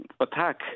attack